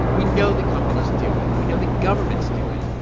we know that companies do it. we know that governments do it.